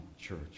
church